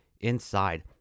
Inside